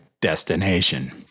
destination